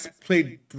played